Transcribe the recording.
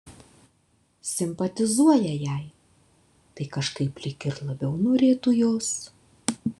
simpatizuoja jai tai kažkaip lyg ir labiau norėtų jos